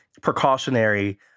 precautionary